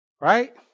Right